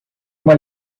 uma